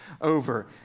over